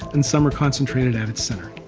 and some are concentrated at its center.